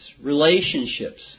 relationships